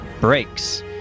breaks